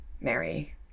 Mary